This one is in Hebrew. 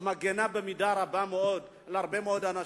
שמגינה במידה רבה מאוד על הרבה מאוד אנשים,